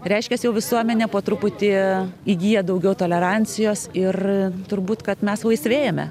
reiškias jau visuomenė po truputį įgyja daugiau tolerancijos ir turbūt kad mes laisvėjame